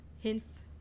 Hints